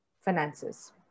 finances